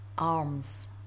arms